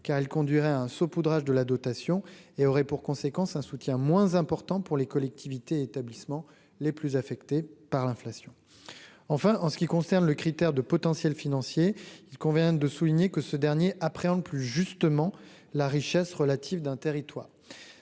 car elle conduirait à un saupoudrage de la dotation et aurait pour conséquence un soutien moins important pour les collectivités établissements les plus affectées par l'inflation, enfin en ce qui concerne le critère de potentiel financier, il convient de souligner que ce dernier appréhende plus justement la richesse relative d'un territoire